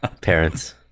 Parents